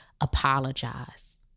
apologize